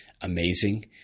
amazing